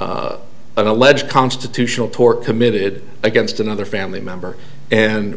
an alleged constitutional tort committed against another family member and